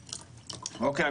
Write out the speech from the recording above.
אוקיי?